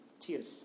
cheers